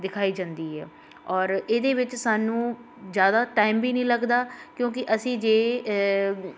ਦਿਖਾਈ ਜਾਂਦੀ ਹੈ ਔਰ ਇਹਦੇ ਵਿੱਚ ਸਾਨੂੰ ਜ਼ਿਆਦਾ ਟਾਈਮ ਵੀ ਨਹੀਂ ਲੱਗਦਾ ਕਿਉਂਕਿ ਅਸੀਂ ਜੇ